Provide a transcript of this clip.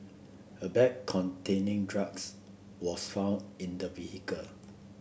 a bag containing drugs was found in the vehicle